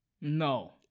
no